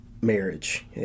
marriage